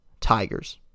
Tigers